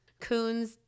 Coons